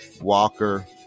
Walker